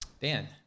Dan